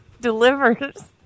delivers